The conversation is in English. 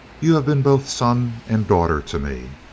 you have been both son and daughter to me.